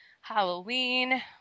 Halloween